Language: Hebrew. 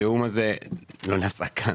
התיאום הזה לא נעשה כאן.